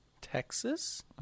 Texas